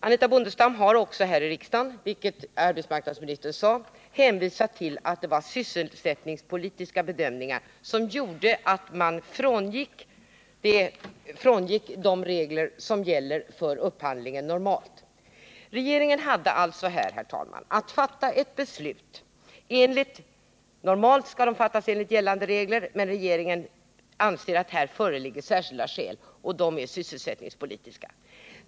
Anitha Bondestam har också här i riksdagen, vilket arbetsmarknadsminis tern sade i sitt svar, hänvisat till att det var sysselsättningspolitiska bedömningar som gjorde att man frångick de regler som normalt gäller för När det gällde det beslut som regeringen här hade att fatta och som normalt skall baseras på gällande regler ansåg regeringen att det för denna upphandling förelåg särskilda skäl för att frångå reglerna. De särskilda skälen angavs vara sysselsättningspolitiska.